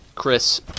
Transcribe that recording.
Chris